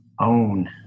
own